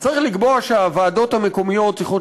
צריך לקבוע שהוועדות המקומיות צריכות